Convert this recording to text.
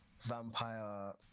vampire